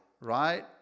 right